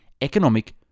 economic